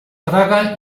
traga